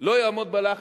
לא יעמוד בלחץ,